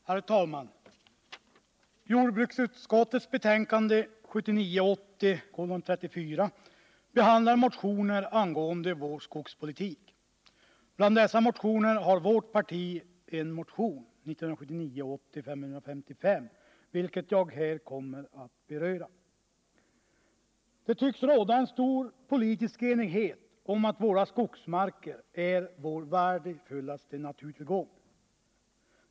Herr talman! Jordbruksutskottets betänkande 1979 80:555, vilken jag här kommer att beröra. Det tycks råda stor politisk enighet om att våra skogsmarker är vår värdefullaste naturtillgång.